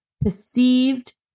perceived